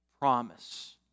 promise